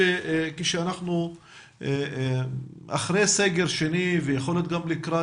כשאנחנו אחרי סגר שני ויכול להיות שגם לקראת